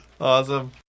Awesome